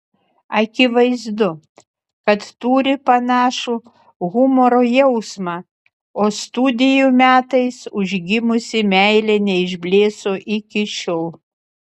akivaizdu kad turi panašų humoro jausmą o studijų metais užgimusi meilė neišblėso iki šiol